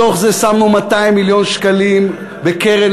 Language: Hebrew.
מתוך זה שמנו 200 מיליון שקלים בקרן